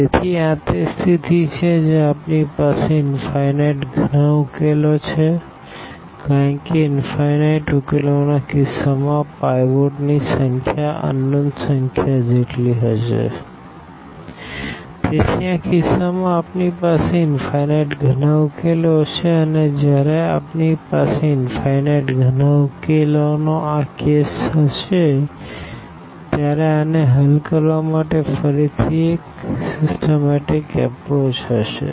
તેથી આ તે સ્થિતિ છે જ્યાં આપણી પાસે ઇનફાઈનાઈટ ઘણા ઉકેલો છે કારણ કે ઇનફાઈનાઈટ ઉકેલોના કિસ્સામાં પાઈવોટ ની સંખ્યા અનનોન સંખ્યા જેટલી હશે તેથી આ કિસ્સામાં આપણી પાસે ઇનફાઈનાઈટ ઘણા ઉકેલો હશે અને જ્યારે આપણી પાસે ઇનફાઈનાઈટ ઘણા ઉકેલોનો આ કેસ હશે ત્યારે આને હલ કરવા માટે ફરીથી એક સીસટમેંટીક અપરોચ હશે